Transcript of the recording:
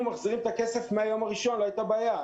כי הרי אם היינו מחזירים את הכסף מהיום הראשון לא הייתה בעיה.